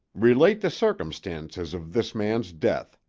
relate the circumstances of this man's death,